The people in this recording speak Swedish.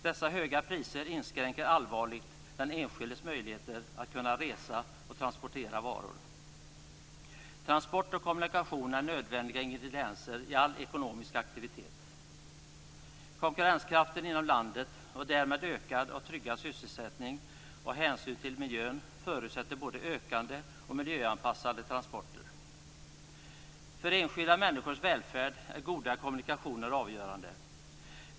Dessa höga priser inskränker allvarligt den enskildes möjligheter att kunna resa och transportera varor. Transport och kommunikation är nödvändiga ingredienser i all ekonomisk aktivitet. Konkurrenskraften inom landet, och därmed ökad och tryggad sysselsättning, och hänsyn till miljön förutsätter både ökande och mer miljöanpassade transporter. För enskilda människors välfärd är goda kommunikationer avgörande.